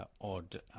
odd